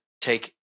take –